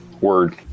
Word